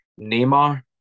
Neymar